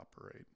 operate